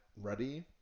ready